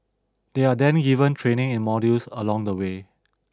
they are then given training in modules along the way